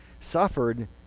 Suffered